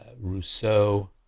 Rousseau